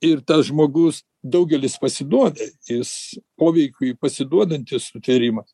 ir tas žmogus daugelis pasiduoda jis poveikiui pasiduodantis sutvėrimas